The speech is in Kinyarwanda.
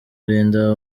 arinda